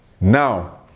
Now